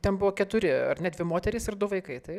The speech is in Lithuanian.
ten buvo keturi ar ne dvi moterys ir du vaikai taip